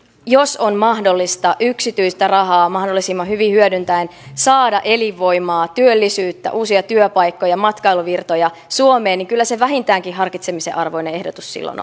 jos on mahdollista yksityistä rahaa mahdollisimman hyvin hyödyntäen saada elinvoimaa työllisyyttä uusia työpaikkoja matkailuvirtoja suomeen niin kyllä se vähintäänkin harkitsemisen arvoinen ehdotus silloin